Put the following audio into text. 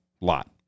Lot